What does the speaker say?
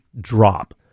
drop